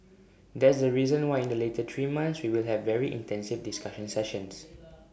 that's the reason why in the later three months we will have very intensive discussion sessions